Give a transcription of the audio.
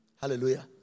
Hallelujah